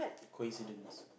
coincidence